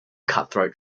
cutthroat